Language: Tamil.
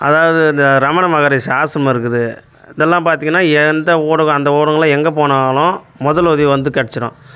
அதாவது இந்த ரமணமகரிஷி ஆசிரமம் இருக்குது இதெல்லாம் பார்த்தீங்கன்னா எந்த எங்கள் போகனாலும் முதல் உதவி வந்து கிடைச்சிரும்